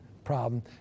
problem